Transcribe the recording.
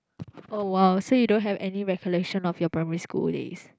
oh !wow! so you don't have recollection of your primary school days